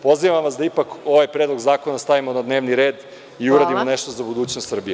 Pozivam vas da ipak ovaj Predlog zakona stavimo na dnevni red i uradimo nešto za budućnost Srbije.